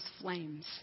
flames